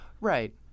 Right